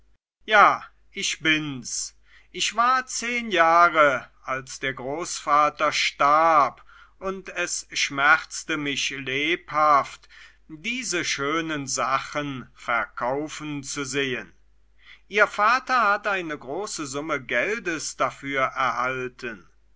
ja ich bin's ich war zehn jahre als der großvater starb und es schmerzte mich lebhaft diese schönen sachen verkaufen zu sehen ihr vater hat eine große summe geldes dafür er